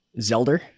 Zelda